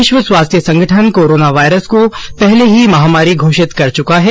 विश्व स्वास्थ्य संगठन कोरोना वायरस को पहले ही महामारी घोषित कर चुका है